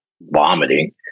vomiting